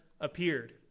appeared